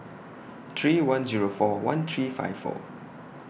three one Zero four one three five four